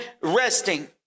resting